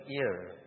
ear